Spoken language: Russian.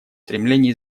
стремление